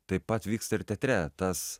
taip pat vyksta ir teatre tas